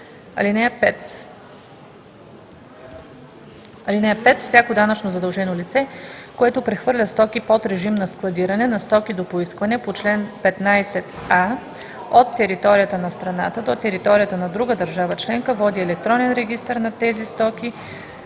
– 9: „(5) Всяко данъчно задължено лице, което прехвърля стоки под режим на складиране на стоки до поискване по чл. 15а от територията на страната до територията на друга държава членка, води електронен регистър на тези стоки,